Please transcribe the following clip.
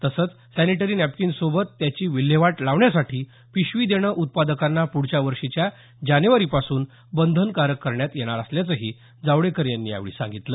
तसंच सॅनिटरी नॅपकिनसोबत त्याची विल्हेवाट लावण्यासाठी पिशवी देणं उत्पादकांना प्ढच्या वर्षीच्या जानेवारीपासून बंधनकारक करण्यात येणार असल्याचंही जावडेकर यांनी यावेळी सांगितलं